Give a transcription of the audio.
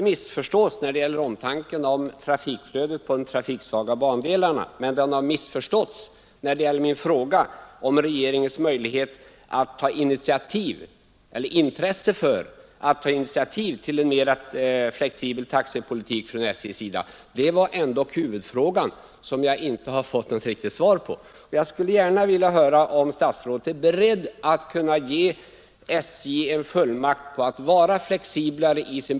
Herr Sellgren har frågat mig om jag är beredd att i avvaktan på trafikpolitiska utredningens betänkande ta initiativ till en mera flexibel taxepolitik från SJ:s sida, speciellt i de fall då bortfall av godstrafik från en redan trafiksvag bandel kan medföra risk för fortsatt försvagning av trafikunderlaget på bandelen och motsvarande ökning av tung trafik på vägarna.